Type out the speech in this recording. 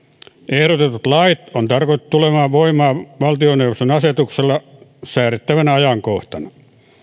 ehdotetut lait on tarkoitettu tulemaan voimaan valtioneuvoston asetuksella säädettävänä ajankohtana